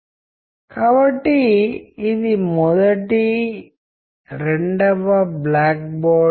coke ఎక్కడ తయారవుతుంది దానిలో ఏమి ఉంటుంది మరియు కోక్ యొక్క రసాయన భాగాలు ఏమిటి అనే విషయంపై అవగాహన